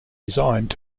designed